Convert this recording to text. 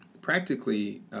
practically